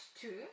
two